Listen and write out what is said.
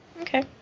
Okay